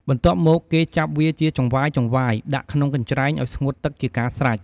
បន្ទាប់មកគេចាប់វាជាចង្វាយៗដាក់ក្នុងកញ្ច្រែងឱ្យស្ងួតទឹកជាការស្រេច។